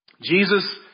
Jesus